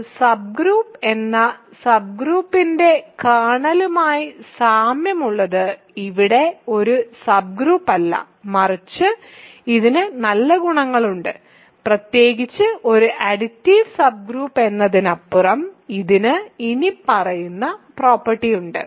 ഒരു സബ്ഗ്രൂപ്പ് എന്ന സബ്ഗ്രൂപ്പിന്റെ കേർണലുമായി സാമ്യമുള്ളത് ഇവിടെ ഒരു സബ്ഗ്രൂപ്പല്ല മറിച്ച് ഇതിന് നല്ല ഗുണങ്ങളുണ്ട് പ്രത്യേകിച്ചും ഒരു അഡിറ്റീവ് സബ്ഗ്രൂപ്പ് എന്നതിനപ്പുറം ഇതിന് ഇനിപ്പറയുന്ന പ്രോപ്പർട്ടി ഉണ്ട്